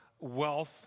wealth